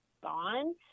gone